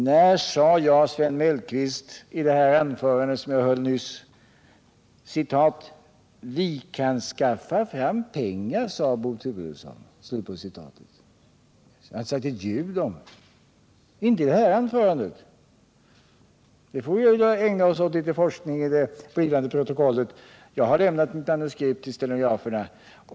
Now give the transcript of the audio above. När sade jag, Sven Mellqvist, i det anförande som jag höll nyss, att ”vi kan skaffa fram pengar”? Detta har jag inte sagt ett ljud om i det 131 anförandet. Vi får ägna oss åt litet forskning i det blivande protokollet; jag har lämnat mitt manuskript till stenograferna.